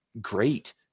great